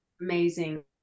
Amazing